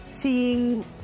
Seeing